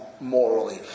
morally